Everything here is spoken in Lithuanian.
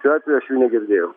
šiuo atveju aš jų negirdėjau